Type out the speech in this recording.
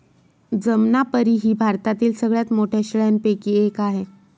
जमनापरी ही भारतातील सगळ्यात मोठ्या शेळ्यांपैकी एक आहे